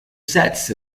sets